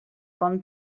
con